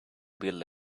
build